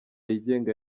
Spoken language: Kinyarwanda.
yigenga